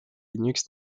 linux